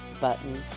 button